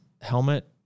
helmet